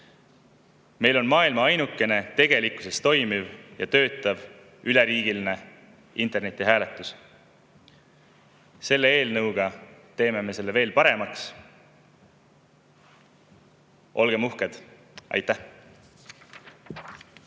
Meil on maailma ainukene tegelikkuses toimiv ja töötav üleriigiline internetihääletus. Selle eelnõuga teeme me selle veel paremaks. Olgem uhked! Aitäh!